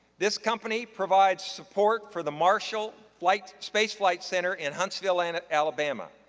this company provides support for the marshall flight, space flight center in huntsville, and alabama.